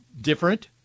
different